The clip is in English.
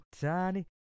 Tiny